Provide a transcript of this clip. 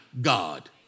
God